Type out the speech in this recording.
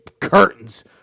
curtains